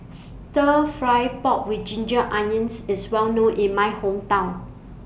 Stir Fry Pork with Ginger Onions IS Well known in My Hometown